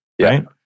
right